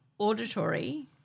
Auditory